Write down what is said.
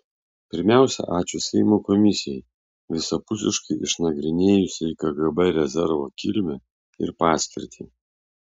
pirmiausia ačiū seimo komisijai visapusiškai išnagrinėjusiai kgb rezervo kilmę ir paskirtį